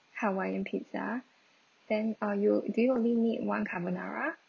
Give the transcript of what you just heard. hawaiian pizza then uh you do you only need one carbonara